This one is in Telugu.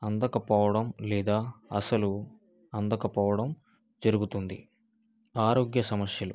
అందకపోవడం లేదా అసలు అందకపోవడం జరుగుతుంది ఆరోగ్యసమస్యలు